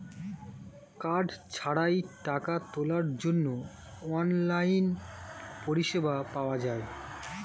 card ছাড়াই টাকা তোলার জন্য অনলাইন পরিষেবা পাওয়া যায়